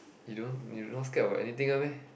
you don't you not scared of anything one meh